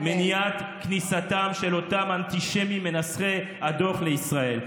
בדמות מניעת כניסתם של אותם אנטישמים מנסחי הדוח לישראל.